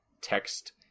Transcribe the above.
text